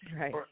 right